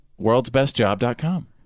Worldsbestjob.com